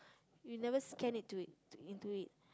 you never scan it to it into it